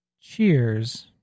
Cheers